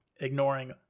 ignoring